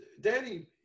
Danny